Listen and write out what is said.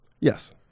Yes